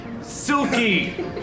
Silky